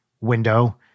window